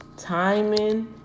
Timing